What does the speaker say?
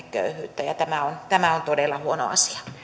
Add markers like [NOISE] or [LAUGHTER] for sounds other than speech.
[UNINTELLIGIBLE] köyhyyttä ja tämä on todella huono asia